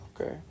Okay